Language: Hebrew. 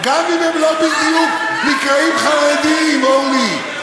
גם אם הם לא בדיוק נקראים חרדים, אורלי.